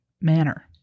manner